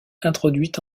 introduite